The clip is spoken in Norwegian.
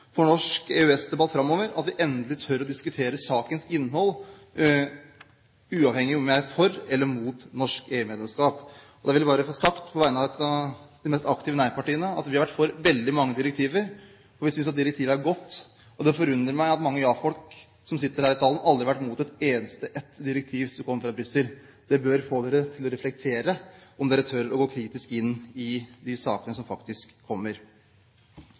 for norsk EØS-debatt framover at vi endelig tør å diskutere sakens innhold, uavhengig av om vi er for eller imot norsk EU-medlemskap. Jeg vil bare få sagt, på vegne av de mest aktive nei-partiene, at vi har vært for veldig mange direktiver, fordi vi synes at direktivet er godt. Det forundrer meg at mange ja-folk som sitter her i salen, aldri har vært imot ett eneste direktiv som kommer fra Brussel. Det bør få dem til å reflektere over om de tør å gå kritisk inn i de sakene som faktisk kommer.